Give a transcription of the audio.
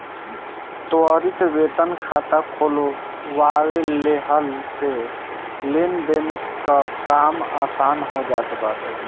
त्वरित वेतन खाता खोलवा लेहला से लेनदेन कअ काम आसान हो जात बाटे